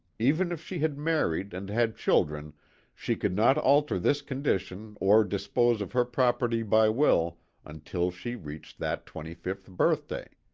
even if she had married and had children she could not alter this condition or dispose of her property by will until she reached that twenty-fifth birthday.